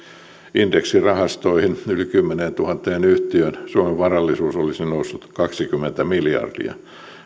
indeksirahastoihin yli kymmeneentuhanteen yhtiöön niin suomen varallisuus olisi noussut kaksikymmentä miljardia